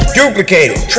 duplicated